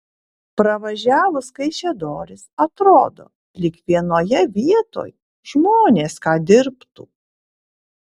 pravažiavus kaišiadoris atrodo lyg vienoje vietoj žmonės ką dirbtų